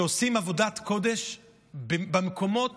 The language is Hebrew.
שעושים עבודת קודש במקומות